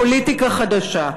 פוליטיקה חדשה,